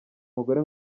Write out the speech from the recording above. mugore